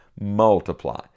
Multiply